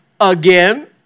again